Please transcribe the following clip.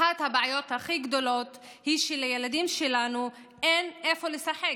אחת הבעיות הכי גדולות היא שלילדים שלנו אין איפה לשחק.